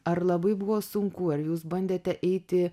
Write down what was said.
ar labai buvo sunku ar jūs bandėte eiti